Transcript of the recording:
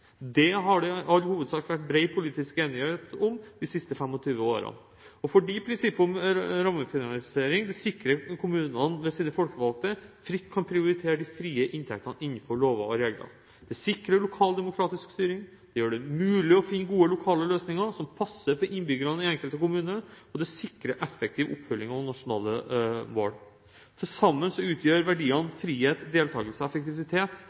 Det har det i all hovedsak vært bred politisk enighet om de siste 25 årene, fordi prinsippet om rammefinansiering sikrer at kommunene – ved sine folkevalgte – fritt kan prioritere de frie inntektene innenfor lover og regler. Det sikrer lokaldemokratisk styring. Det gjør det mulig å finne gode lokale løsninger som passer for innbyggerne i den enkelte kommune, og det sikrer effektiv oppfølging av nasjonale mål. Til sammen utgjør verdiene frihet, deltakelse og effektivitet